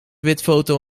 witfoto